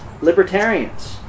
libertarians